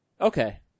Okay